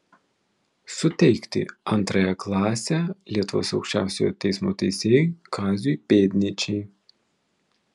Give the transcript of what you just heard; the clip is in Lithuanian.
suteikti antrąją klasę lietuvos aukščiausiojo teismo teisėjui kaziui pėdnyčiai